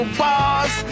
boss